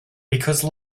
because